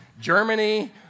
Germany